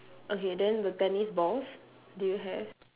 okay then the tennis balls do you have